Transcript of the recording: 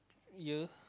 year